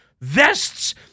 vests